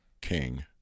King